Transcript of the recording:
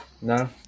no